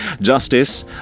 Justice